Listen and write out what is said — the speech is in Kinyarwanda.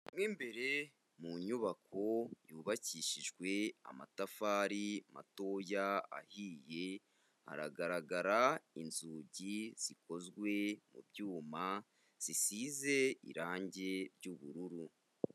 Mo imbere mu nyubako yubakishijwe amatafari matoya ahiye, haragaragara inzugi zikozwe mu byuma zisize irange ry'ubururu.